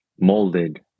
molded